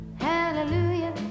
hallelujah